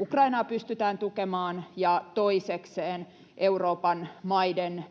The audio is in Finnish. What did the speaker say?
Ukrainaa pystytään tukemaan, ja toisekseen Euroopan maiden